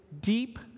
deep